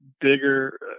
bigger